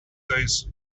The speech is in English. days